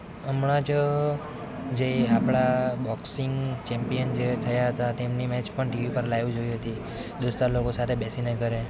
હમણાં જ જે આપણા બોક્સિંગ ચેમ્પિયન જે થયા હતા તેમની મેચ પણ ટીવી પર લાઈવ જોઈ હતી દોસ્તાર લોકો સાથે બેસીને ઘરે